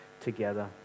together